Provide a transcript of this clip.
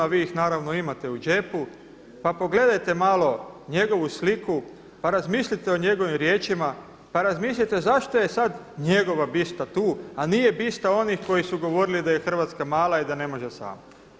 Vi ih naravno imate u džepu, pa pogledajte malo njegovu sliku, pa razmislite o njegovim riječima, pa razmislite zašto je sada njegova bista tu, a nije bista onih koji su govorili da je Hrvatska mala i da ne može sama.